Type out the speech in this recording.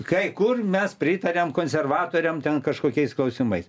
kai kur mes pritariam konservatoriam ten kažkokiais klausimais